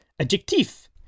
Adjectif